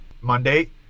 Monday